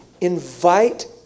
invite